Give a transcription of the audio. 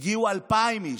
הגיעו 2,000 איש.